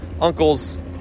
uncles